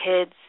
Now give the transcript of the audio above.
kids